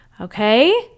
Okay